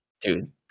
dude